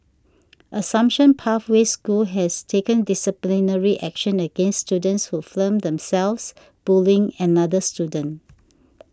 Assumption Pathway School has taken disciplinary action against students who filmed themselves bullying another student